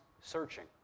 searching